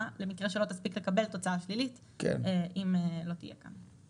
למקרה שלא תספיק לקבל תוצאה שלילית אם לא תהיה כאן.